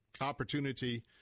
opportunity